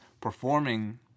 performing